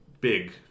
big